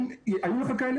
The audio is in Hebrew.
היו לך כאלה?